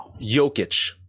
Jokic